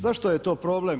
Zašto je to problem?